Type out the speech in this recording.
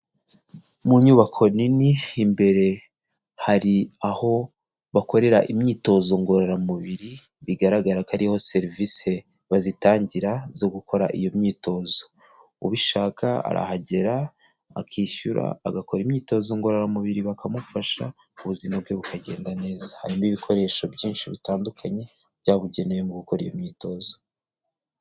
Mu nyubako nini, imbere hari aho bakorera imyitozo ngororamubiri, bigaragara ko ariho serivisi bazitangira zo gukora iyo myitozo. Ubishaka arahagera akishyura agakora imyitozo ngororamubiri, bakamufasha ubuzima bwe bukagenda neza. Harimo ibikoresho byinshi bitandukanye byabugenewe mu gukora iyo myitozo.